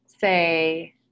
say